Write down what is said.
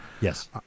Yes